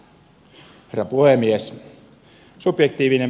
herra puhemies